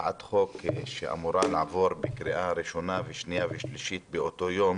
הצעת חוק שאמורה לעבור בקריאה ראשונה ושנייה ושלישית באותו יום